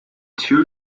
two